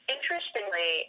Interestingly